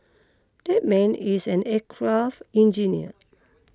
that man is an aircraft engineer